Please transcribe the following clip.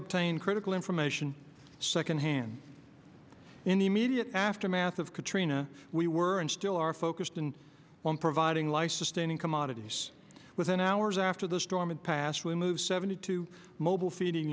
obtain critical information second hand in the immediate aftermath of katrina we were and still are focused in on providing life sustaining commodities within hours after the storm and passed we moved seventy two mobile feeding